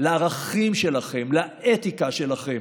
לערכים שלכם, לאתיקה שלכם.